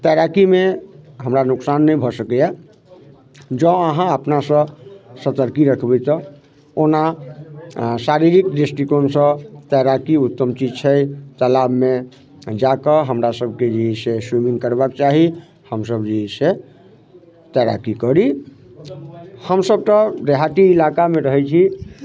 तैराकीमे हमरा नोकसान नहि भऽ सकैया जँ अहाँ अपना सँ सतर्की रखबै तऽ ओना शारीरिक दृष्टिकोण सँ तैराकी उत्तम चीज छै तालाबमे जाकऽ हमरा सभके जे छै से स्विमिंग करबऽ चाही हम सभ जे छै से तैराकी करी हम सभ तऽ देहाती इलाकामे रहै छी